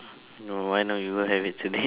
no why not you go have it today